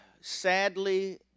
sadly